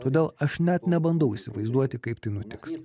todėl aš net nebandau įsivaizduoti kaip tai nutiks